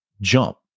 jump